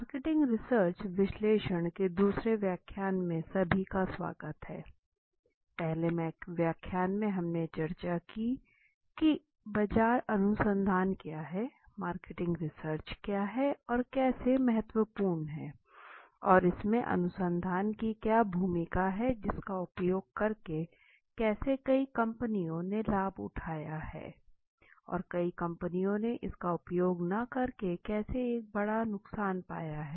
marketing research विश्लेषण के दूसरे व्याख्यान में सभी का स्वागत है पहले व्याख्यान में हमने चर्चा की कि बाजार अनुसंधान क्या है मार्केटिंग रिसर्च क्या है यह कैसे महत्वपूर्ण है और इसमें अनुसंधान की क्या भूमिका है इसका उपयोग करके कैसे कई कंपनियों ने लाभ उठाया है और कई कंपनियों ने इसका उपयोग न करके कैसे एक बड़ा नुकसान पाया है